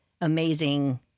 amazing